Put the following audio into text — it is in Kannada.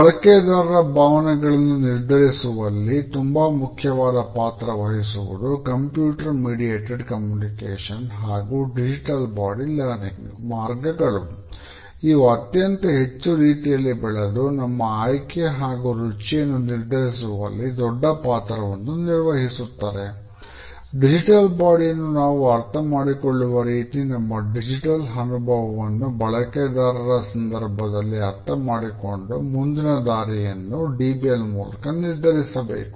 ಬಳಕೆದಾರರ ಭಾವನೆಗಳನ್ನು ನಿರ್ಧರಿಸುವಲ್ಲಿ ತುಂಬಾ ಮುಖ್ಯವಾದ ಪಾತ್ರ ವಹಿಸುವುದು ಕಂಪ್ಯೂಟರ್ ಮೀಡಿಯೇಟೆಡ್ ಕಮ್ಯುನಿಕೇಷನ್ ಮೂಲಕ ನಿರ್ಧರಿಸಬೇಕು